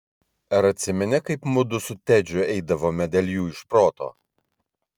ar atsimeni kaip mudu su tedžiu eidavome dėl jų iš proto